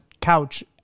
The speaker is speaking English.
couch